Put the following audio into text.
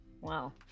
Wow